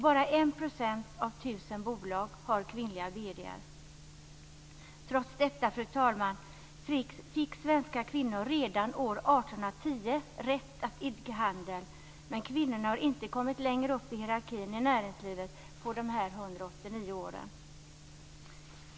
Bara en procent av tusen bolag har kvinnliga vd:ar. Trots detta, fru talman, fick svenska kvinnor redan år 1810 rätt att idka handel, men kvinnorna har inte kommit längre upp i hierarkin i näringslivet på de 189 åren.